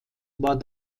war